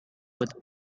with